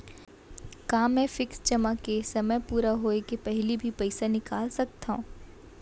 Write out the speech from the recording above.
का मैं फिक्स जेमा के समय पूरा होय के पहिली भी पइसा निकाल सकथव?